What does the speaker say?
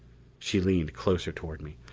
she leaned closer toward me.